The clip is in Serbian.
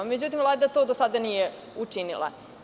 Međutim, Vlada to do sada nije učinila.